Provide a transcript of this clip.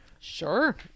sure